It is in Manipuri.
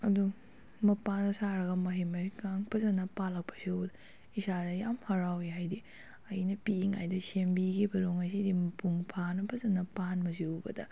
ꯑꯗꯣ ꯃꯄꯥꯟꯒ ꯁꯥꯔꯒ ꯃꯍꯩ ꯃꯍꯩꯒ ꯐꯖꯅ ꯄꯥꯟꯂꯛꯄꯁꯤ ꯎꯕꯗ ꯏꯁꯥꯗ ꯌꯥꯝ ꯍꯔꯥꯎꯋꯤ ꯍꯥꯏꯗꯤ ꯑꯩꯅ ꯄꯤꯛꯏ ꯉꯩꯗꯩ ꯁꯦꯝꯕꯤꯈꯤꯕꯗꯣ ꯉꯁꯤꯗꯤ ꯃꯄꯨꯡ ꯐꯥꯅ ꯐꯖꯅ ꯄꯥꯟꯕꯁꯤ ꯎꯕꯗ